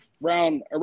Round